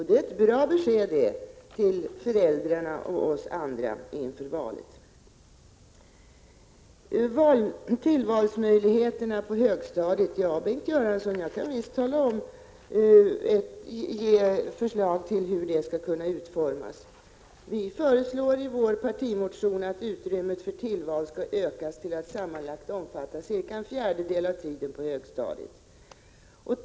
Det är ett bra besked till föräldrar och oss andra inför valet. Sedan till frågan om tillvalsmöjligheterna på högstadiet. Ja, Bengt Göransson, jag kan visst ge förslag till utformning av en tillvalsmodell. Vi moderater föreslår i vår partimotion att utrymmet för tillval skall utökas till att sammanlagt omfatta cirka en fjärdedel av tiden på högstadiet.